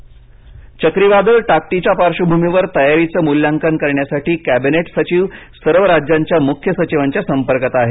वादळ तयारी चक्रीवादळ टाकटीच्या पार्श्वभूमीवर तयारीचं मूल्यांकन करण्यासाठी कॅबिनेट सचिव सर्व राज्यांच्या मुख्य सचिवांच्या संपर्कात आहेत